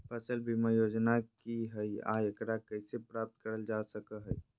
फसल बीमा योजना की हय आ एकरा कैसे प्राप्त करल जा सकों हय?